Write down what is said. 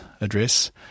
address